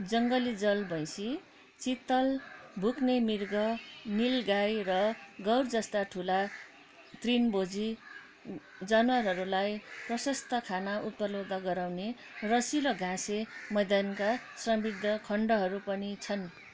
जङ्गली जल भैँसी चितल भुक्ने मृग नीलगाई र गौरजस्ता ठुला तृणभोजी जनावरहरूलाई प्रशस्त खाना उपलब्ध गराउने रसिलो घाँसे मैदानका समृद्ध खण्डहरू पनि छन्